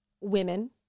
women